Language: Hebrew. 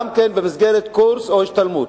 גם במסגרת קורס או השתלמות.